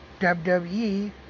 WWE